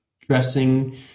dressing